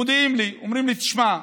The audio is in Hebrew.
מודיעים לי, אומרים לי: תשמע,